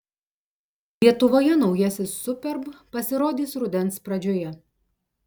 lietuvoje naujasis superb pasirodys rudens pradžioje